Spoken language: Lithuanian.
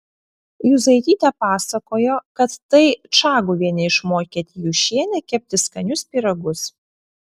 juzaitytė pasakojo kad tai čaguvienė išmokė tijūšienę kepti skanius pyragus